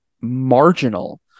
marginal